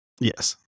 Yes